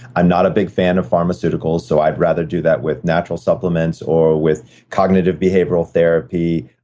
i'm not a big fan of pharmaceuticals, so i'd rather do that with natural supplements or with cognitive behavioral therapy,